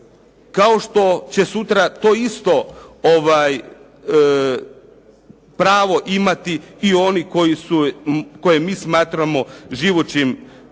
kao što će sutra to isto pravo imati i oni koje mi smatramo živućim herojima.